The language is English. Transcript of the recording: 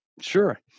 Sure